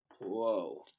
Whoa